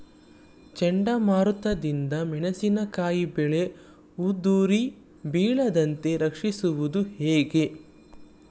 ಚಂಡಮಾರುತ ದಿಂದ ಮೆಣಸಿನಕಾಯಿ ಬೆಳೆ ಉದುರಿ ಬೀಳದಂತೆ ರಕ್ಷಿಸುವುದು ಹೇಗೆ?